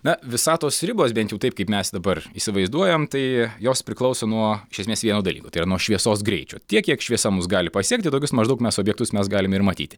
na visatos ribos bent jau taip kaip mes dabar įsivaizduojam tai jos priklauso nuo iš esmės vieno dalyko tai yra nuo šviesos greičio tiek kiek šviesa mus gali pasiekti tokius maždaug mes objektus mes galim ir matyti